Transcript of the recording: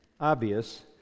obvious